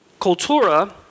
Cultura